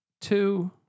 Two